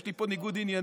יש לי פה ניגוד עניינים.